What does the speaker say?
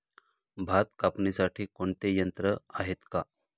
भात कापणीसाठी कोणते यंत्र आहेत का?